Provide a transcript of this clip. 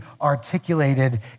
articulated